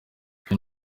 ibyo